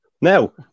Now